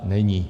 Není.